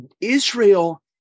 israel